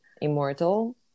immortal